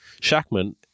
Shackman